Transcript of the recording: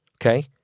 okay